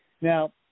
Now